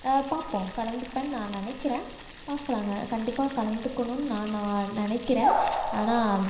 பார்ப்போம் கலந்துப்பேன்னு நான் நினக்கிறேன் பார்க்கலாங்க கண்டிப்பாக கலந்துக்கணும்ன்னு நான் நான் நினக்கிறேன் ஆனால்